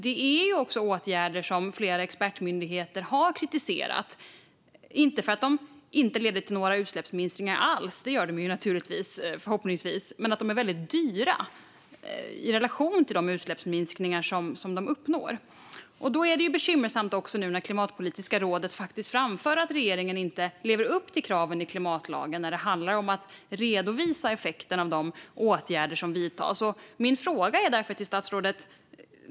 Det här är dock åtgärder som flera expertmyndigheter har kritiserat - inte för att de inte leder till några utsläppsminskningar alls, för det gör de förhoppningsvis, utan för att de är väldigt dyra i relation till de utsläppsminskningar som de uppnår. Det är därför bekymmersamt nu när Klimatpolitiska rådet framför att regeringen inte lever upp till kraven i klimatlagen när det gäller att redovisa effekterna av de åtgärder som vidtas. Jag har därför några frågor till statsrådet.